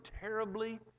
terribly